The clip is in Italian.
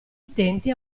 utenti